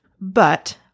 but-